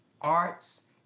Arts